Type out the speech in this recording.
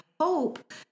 hope